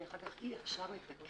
כי אחר כך אי אפשר לתקן.